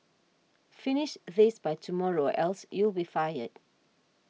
finish this by tomorrow else you'll be fired